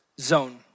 zone